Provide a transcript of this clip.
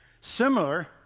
Similar